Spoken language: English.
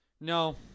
No